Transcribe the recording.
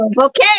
okay